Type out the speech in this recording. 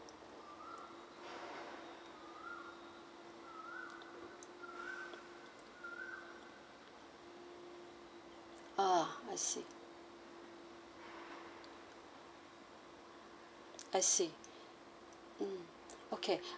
ah I see I see mmhmm okay